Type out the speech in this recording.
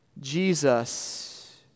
Jesus